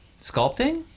sculpting